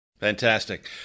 Fantastic